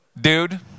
Dude